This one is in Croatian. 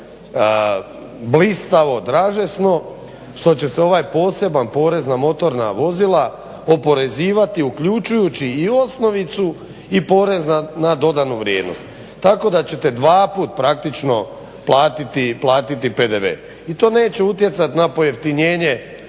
blistavo dražesno što će se ovaj poseban porez na motorna vozila oporezivati uključujući i osnovicu i porez na dodanu vrijednost, tako da ćete dvaput praktično platiti PDV, i to neće utjecati na pojeftinjenje